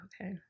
Okay